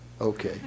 okay